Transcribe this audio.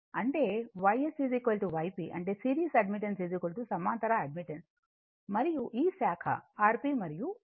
అంటే YS YP అంటే series admittance సమాంతర అడ్మిటెన్స్ మరియు ఈ శాఖ Rp మరియు XP